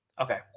Okay